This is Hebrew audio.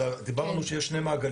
הרי דיברנו על כך שיש שני מעגלים,